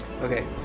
okay